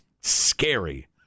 scary